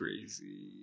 crazy